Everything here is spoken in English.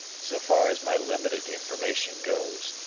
so far as my limited information goes,